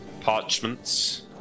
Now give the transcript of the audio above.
parchments